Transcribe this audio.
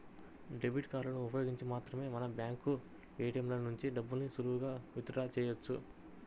debit కార్డులను ఉపయోగించి మాత్రమే మనం బ్యాంకు ఏ.టీ.యం ల నుంచి డబ్బుల్ని సులువుగా విత్ డ్రా చెయ్యొచ్చు